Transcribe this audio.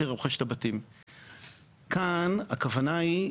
הכוונה היא,